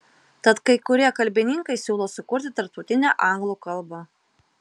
tad kai kurie kalbininkai siūlo sukurti tarptautinę anglų kalbą